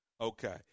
Okay